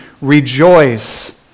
rejoice